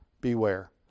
Beware